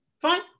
Fine